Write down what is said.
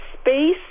space